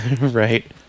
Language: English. right